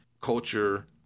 culture